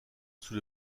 sous